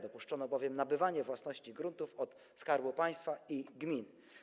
Dopuszczono bowiem nabywanie własności gruntów od Skarbu Państwa i gmin.